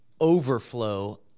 overflow